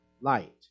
light